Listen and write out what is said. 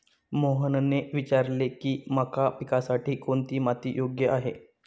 मोहनने विचारले की मका पिकासाठी कोणती माती योग्य आहे?